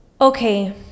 okay